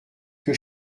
que